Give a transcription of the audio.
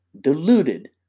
deluded